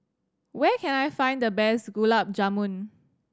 where can I find the best Gulab Jamun